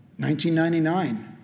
1999